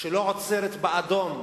שלא עוצרת באדום,